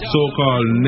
So-called